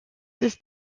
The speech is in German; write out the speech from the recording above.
ist